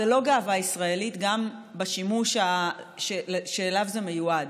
זו לא גאווה ישראלית גם בשימוש שלו הם מיועדים,